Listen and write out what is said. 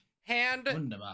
hand